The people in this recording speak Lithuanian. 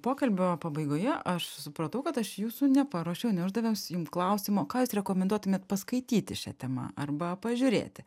pokalbio pabaigoje aš supratau kad aš jūsų neparuošiau neuždaviau jum klausimo ką jūs rekomenduotumėt paskaityti šia tema arba pažiūrėti